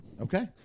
okay